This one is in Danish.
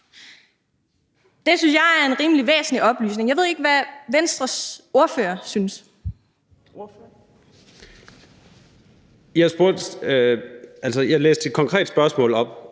Det synes jeg er en rimelig væsentlig oplysning. Jeg ved ikke, hvad Venstres ordfører synes. Kl. 13:30 Fjerde